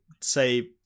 say